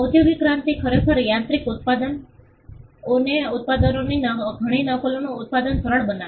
ઓદ્યોગિક ક્રાંતિ ખરેખર યાંત્રિક ઉત્પાદન આણે ઉત્પાદનોની ઘણી નકલોનું ઉત્પાદન સરળ બનાવ્યું